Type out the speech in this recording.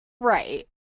Right